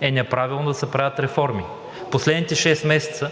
е неправилно да се правят реформи. Последните шест месеца,